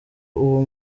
uwo